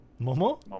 Momo